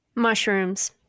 mushrooms